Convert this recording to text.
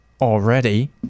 already